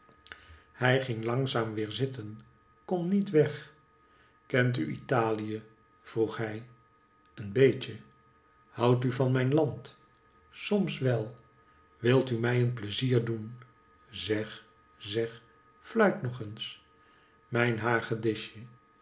hij ging langzaam weer zitten kon niet weg kent u italie vroeg hij eenbeetje houdt u van mijn land soms wel wil u mij een pleizier doen zeg zeg fluitnogeens mijn